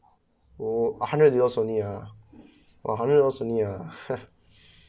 orh hundred of dollars only ah orh hundred dollars only ah